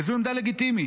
וזו עמדה לגיטימית.